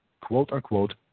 quote-unquote